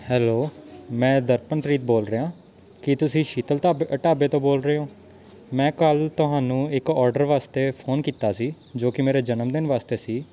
hello ਮੈਂ ਦਰਪਨਪ੍ਰੀਤ ਬੋਲ ਰਿਹਾ ਕੀ ਤੁਸੀਂ ਸ਼ੀਤਲ ਧਾਬੇ ਢਾਬੇ ਤੋਂ ਬੋਲ ਰਹੇ ਹੋ ਮੈਂ ਕੱਲ੍ਹ ਤੁਹਾਨੂੰ ਇੱਕ ਔਡਰ ਵਾਸਤੇ ਫੋਨ ਕੀਤਾ ਸੀ ਜੋ ਕਿ ਮੇਰੇ ਜਨਮਦਿਨ ਵਾਸਤੇ ਸੀ